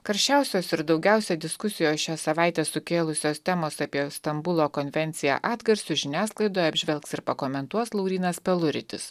karščiausios ir daugiausia diskusijų šią savaitę sukėlusios temos apie stambulo konvenciją atgarsių žiniasklaidoje apžvelgs ir pakomentuos laurynas peluritis